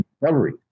recovery